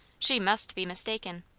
she must be mistaken!